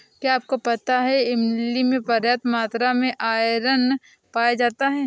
क्या आपको पता है इमली में पर्याप्त मात्रा में आयरन पाया जाता है?